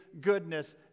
goodness